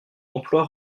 emploi